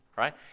Right